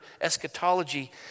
eschatology